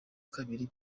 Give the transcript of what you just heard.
kabiri